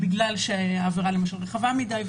בגלל שהעבירה רחבה מדי,